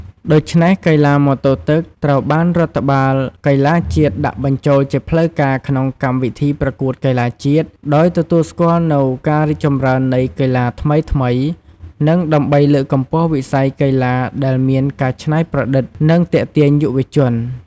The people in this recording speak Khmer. ដូច្នេះកីឡាម៉ូតូទឹក ត្រូវបានរដ្ឋបាលកីឡាជាតិដាក់បញ្ចូលជាផ្លូវការក្នុងកម្មវិធីប្រកួតកីឡាជាតិ ដោយទទួលស្គាល់នូវការរីកចម្រើននៃកីឡាថ្មីៗ និងដើម្បីលើកកម្ពស់វិស័យកីឡាដែលមានការច្នៃប្រឌិត និងទាក់ទាញយុវជន។